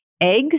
Eggs